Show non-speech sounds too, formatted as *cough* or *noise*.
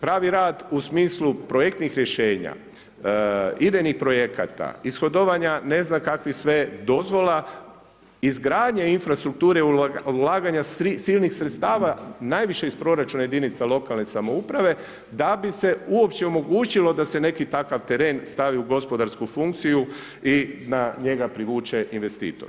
Pravi rad u smislu projektnih rješenja, … *unintelligible* projekata, ishodovanju ne znam kakvih sve dozvola, izgradnja infrastrukture, ulaganja silnih sredstava, najviše iz proračuna jedinica lokalne samouprave, da bi se uopće omogućilo da se neki takav teren stavi u gospodarsku funkciju i na njega povuče investitor.